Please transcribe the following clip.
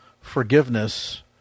forgiveness